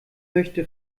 möchte